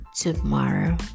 tomorrow